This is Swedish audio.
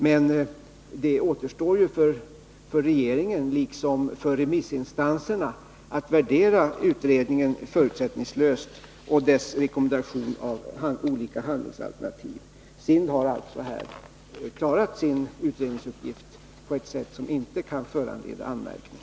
Men det återstår för regeringen liksom för remissinstanserna att förutsättningslöst värdera utredningen och dess rekommendation. SIND har alltså klarat sitt utredningsuppdrag på ett sätt som inte kan föranleda någon anmärkning.